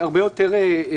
באנו לעבוד ובאנו לעשות את